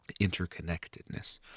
interconnectedness